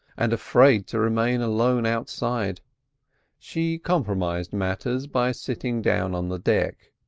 and afraid to remain alone outside she compromised matters by sitting down on the deck.